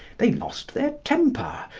they lost their temper.